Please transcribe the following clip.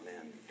Amen